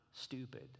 stupid